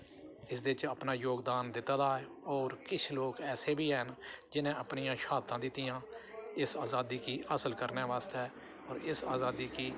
इसदे च अपना जोगदान दित्ता दा ऐ होर किश लोग ऐसे बी हैन जिनें अपनियां श्हादतां दित्तियां इस अज़ादी गी हासल करने बास्तै होर इस अज़ादी गी